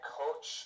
coach